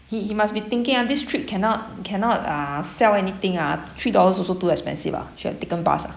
he he must be thinking ah on this trip cannot cannot uh sell anything ah three dollars also too expensive ah should have taken bus ah